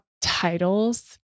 titles